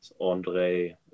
Andre